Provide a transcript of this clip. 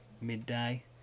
midday